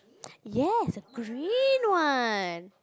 yes a green one